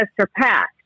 surpassed